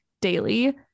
daily